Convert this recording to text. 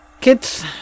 kids